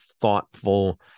thoughtful